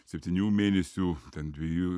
septynių mėnesių ten dviejų